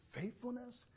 faithfulness